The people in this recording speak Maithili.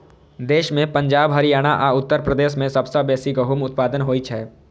देश मे पंजाब, हरियाणा आ उत्तर प्रदेश मे सबसं बेसी गहूमक उत्पादन होइ छै